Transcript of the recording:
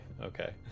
Okay